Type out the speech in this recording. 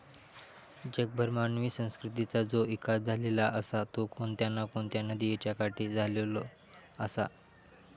जगभर मानवी संस्कृतीचा जो इकास झालेलो आसा तो कोणत्या ना कोणत्या नदीयेच्या काठी झालेलो आसा